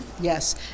Yes